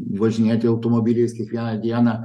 važinėti automobiliais kiekvieną dieną